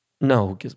No